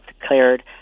declared